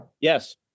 Yes